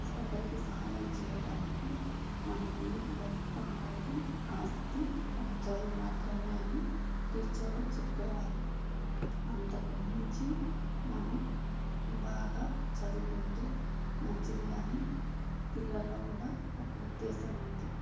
ఒకరికి సహాయం చేయడానికి మనకు ఉన్న గొప్ప ఆయుధం ఆస్తి ఒక చదువు మాత్రమే అని టీచర్లు చెప్పేవాళ్ళు అంతకుమించి మనం బాగా చదువుకుంటే మంచిదే అని పిల్లల్లో కూడా ఒక ఉద్దేశం ఉంది